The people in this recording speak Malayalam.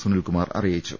സുനിൽകുമാർ അറിയിച്ചു